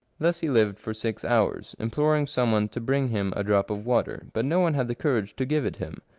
thus he lived for six hours, imploring some one to bring him a drop of water, but no one had the courage to give it him.